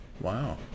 Wow